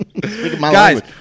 Guys